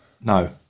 no